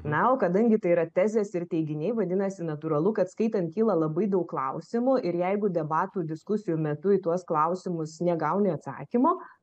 na o kadangi tai yra tezės ir teiginiai vadinasi natūralu kad skaitant kyla labai daug klausimų ir jeigu debatų diskusijų metu į tuos klausimus negauni atsakymo